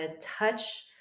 touch